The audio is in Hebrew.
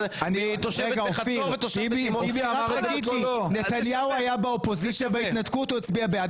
בהתנתקות נתניהו היה באופוזיציה והוא הצביע בעד.